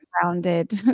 grounded